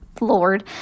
lord